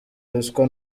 ruswa